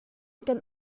kan